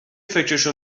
فکرشو